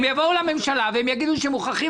הם יבואו לממשלה והם יגידו שמוכרחים